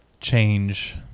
change